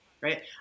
right